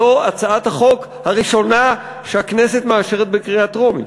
שזו הצעת החוק הראשונה שהכנסת מאשרת בקריאה טרומית.